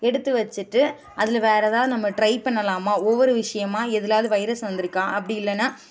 எடுத்து வச்சுட்டு அதில் வேற ஏதாவது நம்ம ட்ரை பண்ணலாமா ஒவ்வொரு விஷயமா எதுலேயாவது வைரஸ் வந்துருக்கா அப்படி இல்லைன்னா